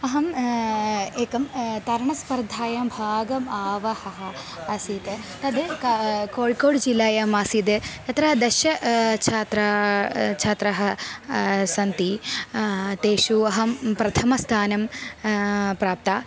अहम् एकं तरणस्पर्धायां भागम् अवहम् आसीत् तद् क कोल्कोड् जिल्लायाम् आसीद् तत्र दश छात्राः छात्राः सन्ति तेषु अहं प्रथमस्थानं प्राप्ता